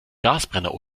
gasbrenner